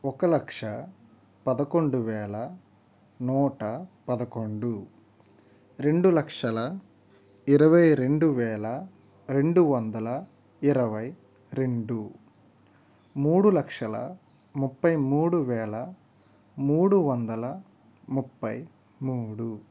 ఒక లక్ష పదకొండు వేల నూట పదకొండు రెండు లక్షల ఇరవై రెండు వేల రెండు వందల ఇరవై రెండు మూడు లక్షల ముప్పై మూడు వేల మూడు వందల ముప్పై మూడు